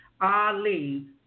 Ali